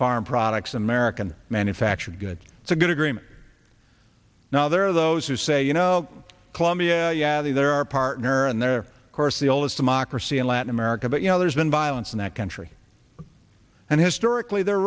foreign products american manufactured goods it's a good agreement now there are those who say you know colombia yeah they're our partner and their course the oldest democracy in latin america but you know there's been violence in that country and historically the